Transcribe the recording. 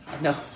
no